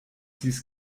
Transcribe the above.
dies